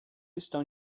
estão